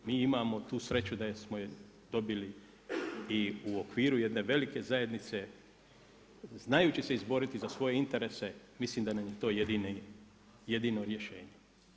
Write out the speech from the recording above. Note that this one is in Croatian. Mi imamo sreću da smo ju dobili i u okviru jedne velike zajednice, znajući se izboriti za svoje interese, mislim da nam je to jedino rješenje.